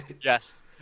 Yes